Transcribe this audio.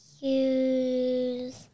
use